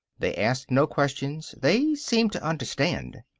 they asked no questions. they seemed to understand.